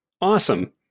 Awesome